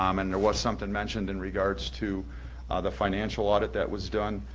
um and there was something mentioned in regards to the financial audit that was done,